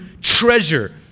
treasure